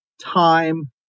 time